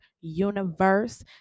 universe